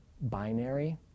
binary